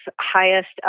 highest